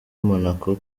monaco